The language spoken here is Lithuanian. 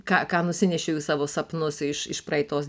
ką ką nusinešiau į savo sapnus iš iš praeitos